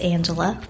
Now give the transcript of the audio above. Angela